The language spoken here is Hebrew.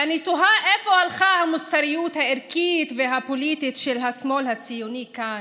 ואני תוהה לאן הלכה המוסריות הערכית והפוליטית של השמאל הציוני כאן,